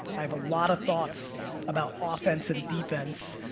i have a lotta thoughts about offense and defense,